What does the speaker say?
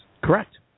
Correct